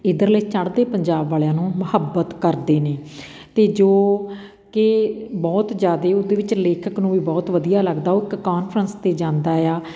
ਇੱਧਰਲੇ ਚੜ੍ਹਦੇ ਪੰਜਾਬ ਵਾਲਿਆਂ ਨੂੰ ਮੁਹੱਬਤ ਕਰਦੇ ਨੇ ਅਤੇ ਜੋ ਕਿ ਬਹੁਤ ਜ਼ਿਆਦੇ ਓਹਦੇ ਵਿੱਚ ਲੇਖਕ ਨੂੰ ਵੀ ਬਹੁਤ ਵਧੀਆ ਲੱਗਦਾ ਉਹ ਇੱਕ ਕਾਨਫਰੰਸ 'ਤੇ ਜਾਂਦਾ ਏ ਆ